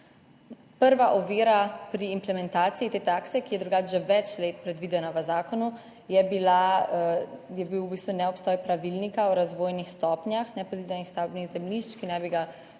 Prva ovira pri implementaciji te takse, ki je drugače že več let predvidena v zakonu, je bil v bistvu neobstoj pravilnika o razvojnih stopnjah nepozidanih stavbnih zemljišč, ki naj bi ga